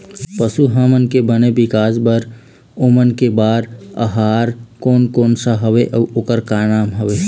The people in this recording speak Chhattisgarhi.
पशु हमन के बने विकास बार ओमन के बार आहार कोन कौन सा हवे अऊ ओकर का नाम हवे?